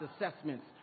assessments